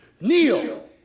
Kneel